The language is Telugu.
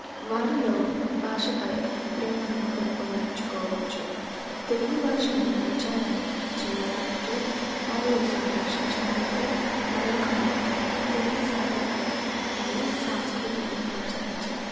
వారిలో భాషపై ప్రేమను పెంపొందించుకోవచ్చు తెలుగు భాషను ప్రచారం చెయ్యడానికి మరియు సంరక్షించడానికి మరొక మార్గం తెలుగు సాహిత్యం మరియు సాంస్కృతిని ప్రోత్సహించడం